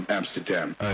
Amsterdam